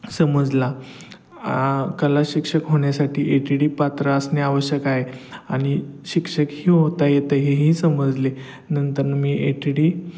समजला आ कला शिक्षक होण्यासाठी ए टी डी पात्र असणे आवश्यक आहे आणि शिक्षकही होता येतं हे ही समजले नंतर मी ए टी डी